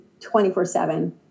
24-7